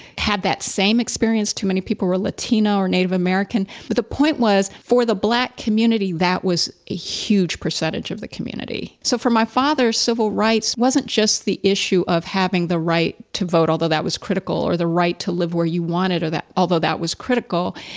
had that same experience, too many people were latino or native american but the point was for the black community, that was a huge percentage of the community. so, for my father, civil rights wasn't just the issue of having the right to vote, although that was critical or the right to live where you want it or that although that was critical.